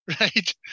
right